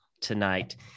tonight